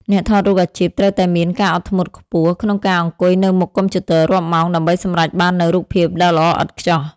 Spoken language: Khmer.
អ្នកថតរូបអាជីពត្រូវតែមានការអត់ធ្មត់ខ្ពស់ក្នុងការអង្គុយនៅមុខកុំព្យូទ័ររាប់ម៉ោង ដើម្បីសម្រេចបាននូវរូបភាពដ៏ល្អឥតខ្ចោះ។